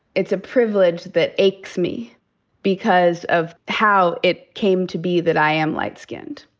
it's a privilege that aches me because of how it came to be that i am light skinned.